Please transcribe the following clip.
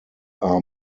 are